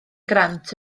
grant